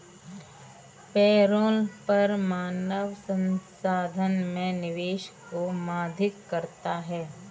payroll कर मानव संसाधन में निवेश को बाधित करता है